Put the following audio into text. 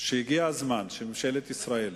שהגיע הזמן שממשלת ישראל